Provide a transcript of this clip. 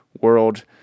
world